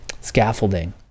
scaffolding